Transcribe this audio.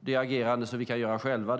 det agerande som vi själva kan göra.